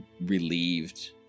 relieved